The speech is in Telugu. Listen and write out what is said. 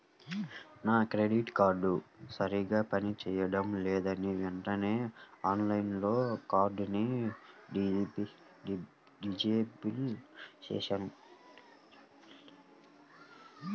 నా క్రెడిట్ కార్డు సరిగ్గా పని చేయడం లేదని వెంటనే ఆన్లైన్లో కార్డుని డిజేబుల్ చేశాను